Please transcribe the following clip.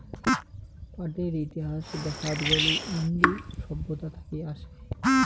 পাটের ইতিহাস দেখাত গেলি ইন্দু সভ্যতা থাকি আসে